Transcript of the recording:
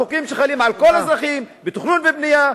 החוקים שחלים על כל האזרחים בתכנון ובנייה,